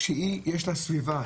כשהיא יש לה סביבה,